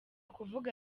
kuvuga